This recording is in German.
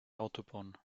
autobahn